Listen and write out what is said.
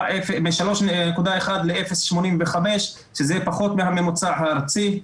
מ-3.1 ל-0.85, שזה פחות מהממוצע הארצי.